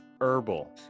Herbal